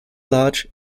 large